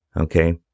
okay